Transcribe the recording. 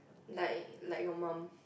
like like your mom